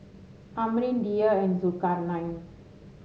Amrin Dhia and Zulkarnain